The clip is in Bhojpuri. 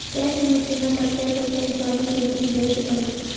तय समय सीमा तक तय पइसा इंस्टॉलमेंट के रूप में देवे के पड़ेला